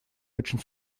очень